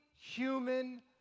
human